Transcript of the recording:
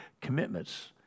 commitments